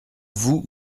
vous